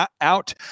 out